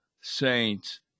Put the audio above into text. saints